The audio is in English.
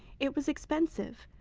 it was expensive,